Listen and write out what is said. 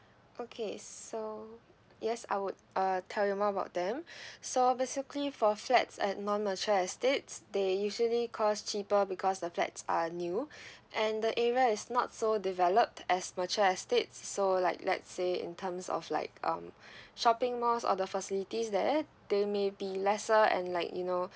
okay so yes I would uh tell you more about them so basically for flats at non mature estates they usually cost cheaper because the flats are new and the area is not so developed as mature estate so like let's say in terms of like um shopping malls or the facilities there they may be lesser and like you know